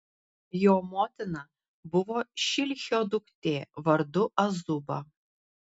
jo motina buvo šilhio duktė vardu azuba